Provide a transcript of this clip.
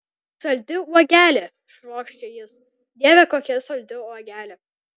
saldi uogelė švokščia jis dieve kokia saldi uogelė